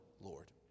Lord